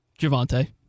Javante